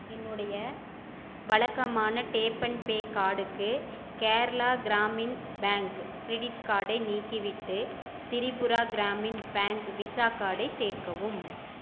என்னுடைய வழக்கமான tap and pay கார்டுக்கு கேரளா கிராமின் பேங்க் கிரிடிட் கார்டை நீக்கிவிட்டு திரிபுரா கிராமின் பேங்க் விசா கார்டை சேர்க்கவும்